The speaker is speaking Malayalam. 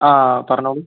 ആ പറഞ്ഞോളു